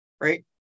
Right